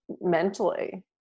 mentally